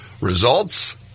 Results